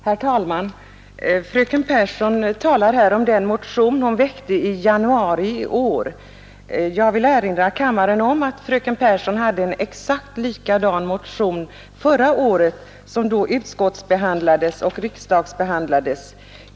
Herr talman! Fröken Pehrsson talar här om den motion hon väckte i januari i år. Jag erinrar kammaren om att fröken Pehrsson hade en exakt likadan motion förra året, som då behandlades i utskottet och kammaten.